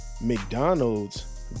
mcdonald's